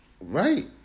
Right